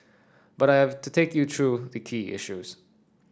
but I have to take you through the key issues